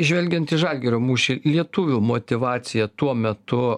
žvelgiant į žalgirio mūšį lietuvių motyvacija tuo metu